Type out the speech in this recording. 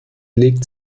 legt